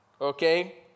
okay